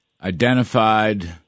identified